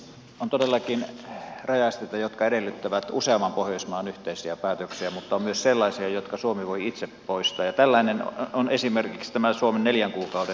on todellakin rajaesteitä jotka edellyttävät useamman pohjoismaan yhteisiä päätöksiä mutta on myös sellaisia jotka suomi voi itse poistaa ja tällainen on esimerkiksi tämä suomen neljän kuukauden sääntö